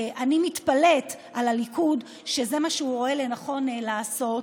אני מתפלאת על הליכוד שזה מה שהוא רואה לנכון לעשות.